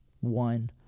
one